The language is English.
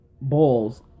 balls